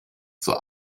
zur